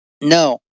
No